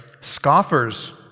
scoffers